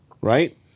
right